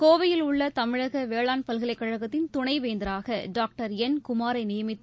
கோவையில் உள்ளதமிழகவேளாண் பல்கலைக்கழகத்தின் துணைவேந்தராகடாக்டர் என் குமாரைநியமித்து